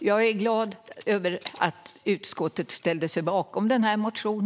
Jag är glad över att utskottet ställt sig bakom vår motion.